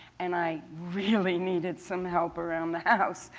and i really needed some help around the house,